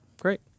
great